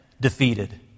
defeated